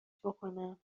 بکنم